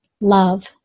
love